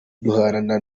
duhana